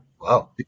Wow